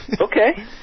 Okay